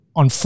on